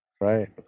Right